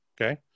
Okay